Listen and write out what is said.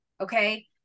Okay